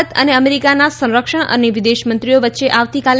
ભારત અને અમેરીકાના સંરક્ષણ અને વિદેશમંત્રીઓ વચ્ચે આવતીકાલે